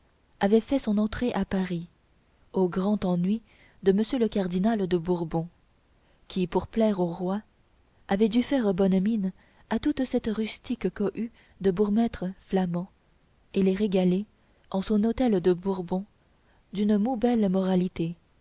avait fait son entrée à paris au grand ennui de m le cardinal de bourbon qui pour plaire au roi avait dû faire bonne mine à toute cette rustique cohue de bourgmestres flamands et les régaler en son hôtel de bourbon d'une moult belle moralité